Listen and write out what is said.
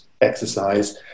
exercise